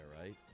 right